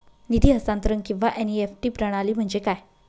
निधी हस्तांतरण किंवा एन.ई.एफ.टी प्रणाली म्हणजे काय?